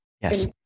Yes